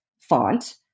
font